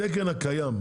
התקן הקיים,